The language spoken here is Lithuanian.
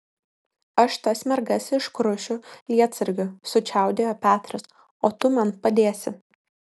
aš tas mergas iškrušiu lietsargiu sučiaudėjo petras o tu man padėsi